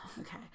Okay